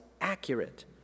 accurate